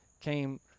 came